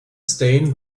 stain